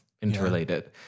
interrelated